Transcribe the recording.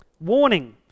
Warning